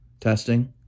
Testing